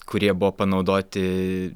kurie buvo panaudoti